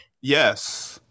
Yes